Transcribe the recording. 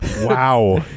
Wow